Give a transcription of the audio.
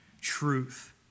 truth